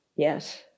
Yes